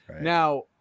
now